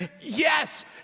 yes